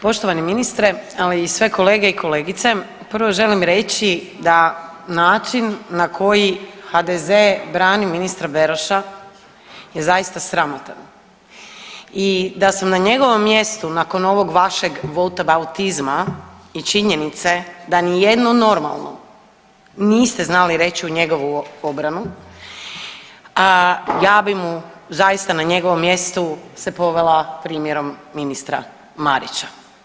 Poštovani ministre, ali i sve kolege i kolegice prvo želim reći da način na koji HDZ brani ministra Beroša je zaista sramotan i da sam na njegovom mjestu nakon ovog vašeg votabautizma i činjenice da ni jednu normalnu niste znali reći u njegovu obranu ja bi mu zaista na njegovom mjestu se povela primjerom ministra Marića.